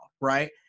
right